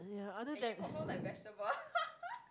ya other then